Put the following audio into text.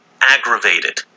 aggravated